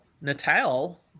Natal